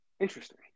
Interesting